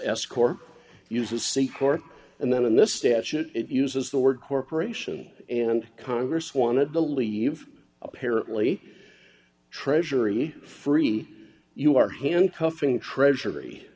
escort uses seaforth and then in this statute it uses the word corporation and congress wanted to leave apparently treasury free you are handcuffing treasury